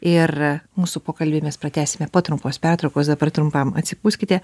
ir mūsų pokalbį mes pratęsime po trumpos pertraukos dabar trumpam atsipūskite